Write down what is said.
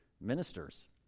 ministers